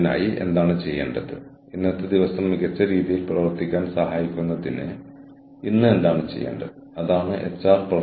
അവർ ഉപഭോക്താവിന് ഏറ്റവും മികച്ച മൂല്യം നൽകണമോ അല്ലെങ്കിൽ അവർ തടഞ്ഞുനിർത്തി മൂലകൾ വെട്ടി സ്ഥാപനത്തിന് പരമാവധി ലാഭം ഉറപ്പാക്കണമോ